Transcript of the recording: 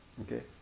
Okay